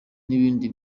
ibindi